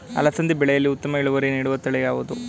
ಅಲಸಂದಿ ಬೆಳೆಯಲ್ಲಿ ಉತ್ತಮ ಇಳುವರಿ ನೀಡುವ ತಳಿ ಯಾವುದು?